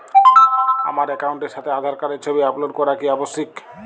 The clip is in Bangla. আমার অ্যাকাউন্টের সাথে আধার কার্ডের ছবি আপলোড করা কি আবশ্যিক?